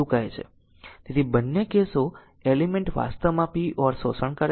તેથી બંને કેસો એલિમેન્ટ વાસ્તવમાં p or શોષણ કરે છે